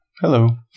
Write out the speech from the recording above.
Hello